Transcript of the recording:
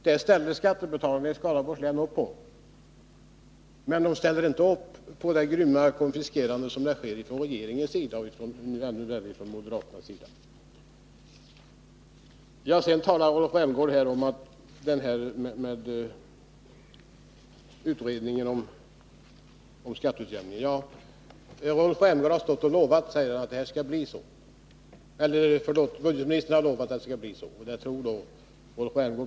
Det ställer skattebetalarna i Skaraborgs län upp på, men de ställer inte upp på den grymma konfiskation som det är fråga om från regeringens sida och från moderaternas sida. Rolf Rämgård nämnde utredningen om skatteutjämning. Budgetminis Nr 92 tern har lovat att det skall bli en sådan utredning, och det tror Rolf Rämgård Onsdagen den på.